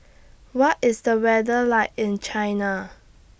What IS The weather like in China